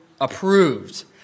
approved